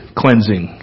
cleansing